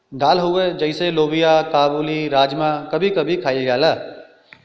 दाल हउवे जइसे लोबिआ काबुली, राजमा कभी कभी खायल जाला